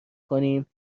کنیم